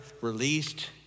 released